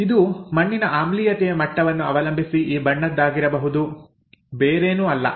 ಇದು ಮಣ್ಣಿನ ಆಮ್ಲೀಯತೆಯ ಮಟ್ಟವನ್ನು ಅವಲಂಬಿಸಿ ಈ ಬಣ್ಣದ್ದಾಗಿರಬಹುದು ಬೇರೇನೂ ಅಲ್ಲ